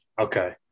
Okay